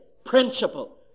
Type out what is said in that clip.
principle